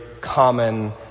common